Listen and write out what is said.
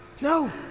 No